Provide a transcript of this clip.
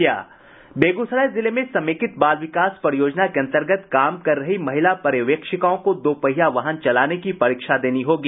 बेगूसराय जिले में समेकित बाल विकास परियोजना के अंतर्गत काम कर रही महिला पर्यवेक्षिकाओं को दो पहिया वाहन चलाने की परीक्षा देनी होगी